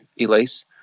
Elise